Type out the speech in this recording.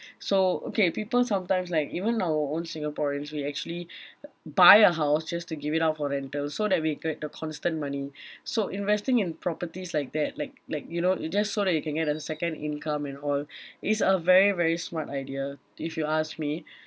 so okay people sometimes like even our own singaporeans we actually buy a house just to give it out for rental so that we get the constant money so investing in property's like that like like you know it's just so that you can get a second income and all is a very very smart idea if you ask me